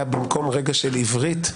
במקום רגע של עברית,